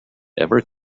ever